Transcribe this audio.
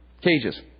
Cages